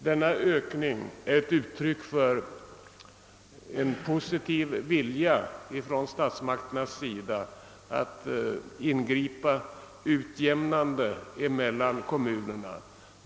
Denna ökning är ett uttryck för en positiv vilja hos statsmakterna att ingripa utjämnande mellan kommunerna.